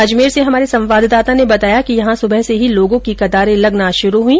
अजमेर से हमारे संवाददाता ने बताया कि यहां सुबह से ही लोगों की कतारे लगना शुरू हुई